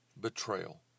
Betrayal